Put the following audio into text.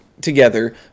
together